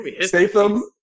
Statham